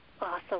awesome